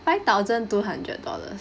five thousand two hundred dollars